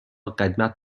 قدمت